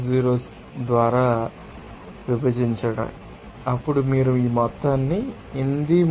06 ద్వారా విభజించండి అప్పుడు మీరు ఈ మొత్తాన్ని 833